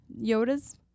Yodas